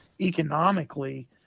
economically